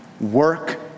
Work